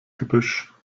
gebüsch